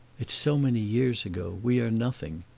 it's so many years ago we are nothing.